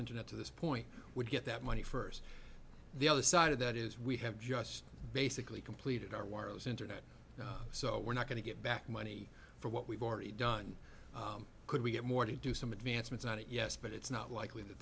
internet to this point would get that money first the other side of that is we have just basically completed our wireless internet so we're not going to get back money for what we've already done could we get more to do some advancements on it yes but it's not likely that